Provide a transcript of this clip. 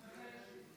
נחש.